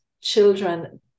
children